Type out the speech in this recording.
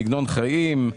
סגנון חיים.